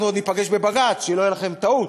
אנחנו עוד ניפגש בבג"ץ, שלא תהיה לכם טעות,